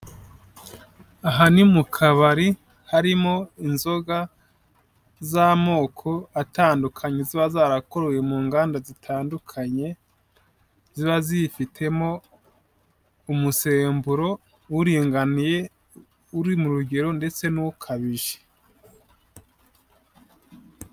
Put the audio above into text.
Aha ni mu kabari, harimo inzoga z'amoko atandukanye, ziba zarakorewe mu nganda zitandukanye, ziba zifitemo umusemburo, uringaniye, uri mu rugero, ndetse n'ukabije.